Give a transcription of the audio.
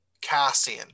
Cassian